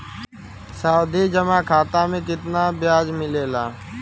सावधि जमा खाता मे कितना ब्याज मिले ला?